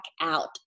out